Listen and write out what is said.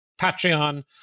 Patreon